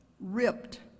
ripped